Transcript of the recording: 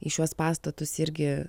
į šiuos pastatus irgi